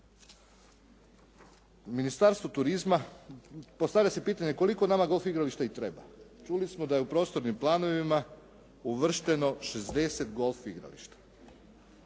Ministarstvo turizma postavlja se pitanje koliko nama golf igrališta i treba. Čuli smo da je u prostornim planovima uvršteno 60 golf igrališta.